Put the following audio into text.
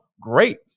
great